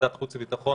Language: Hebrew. ועדת החוץ והביטחון,